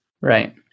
Right